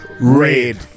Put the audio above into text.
Red